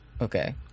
Okay